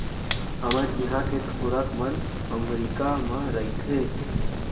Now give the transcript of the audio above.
हमर इहॉं के थोरक मन अमरीका म रइथें